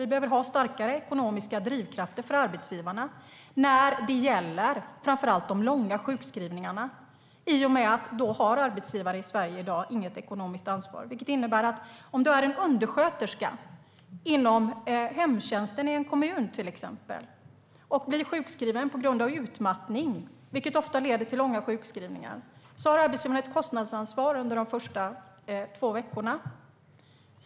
Det behövs starkare ekonomiska drivkrafter för arbetsgivarna när det gäller framför allt de långa sjukskrivningarna. I dag har arbetsgivare i Sverige inget ekonomiskt ansvar. Det innebär att för en undersköterska inom hemtjänsten i en kommun som blir sjukskriven på grund av utmattning, vilket ofta leder till långa sjukskrivningar, har arbetsgivaren ett kostnadsansvar under de första två veckorna.